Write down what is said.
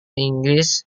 inggris